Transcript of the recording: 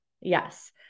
Yes